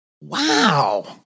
Wow